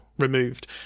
Removed